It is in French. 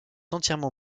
entièrement